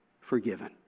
forgiven